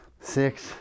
six